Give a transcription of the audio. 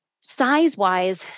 size-wise